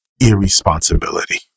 irresponsibility